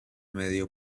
medio